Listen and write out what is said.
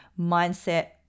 mindset